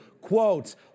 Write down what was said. quotes